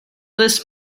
this